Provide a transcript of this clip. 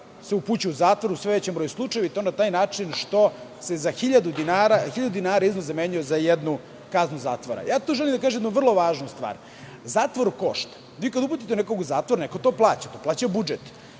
se upućuje u zatvor, u sve većem broju slučajeva, i to na taj način što se za iznos od hiljadu dinara zamenjuje za jednu kaznu zatvora. Tu želim da kažem jednu vrlo važnu stvar - zatvor košta. Kada uputite nekoga u zatvor, neko to plaća. To plaća budžet.